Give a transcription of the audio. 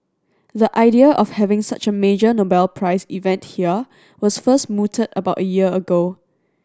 the idea of having such a major Nobel Prize event here was first mooted about a year ago